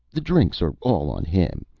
the drinks are all on him!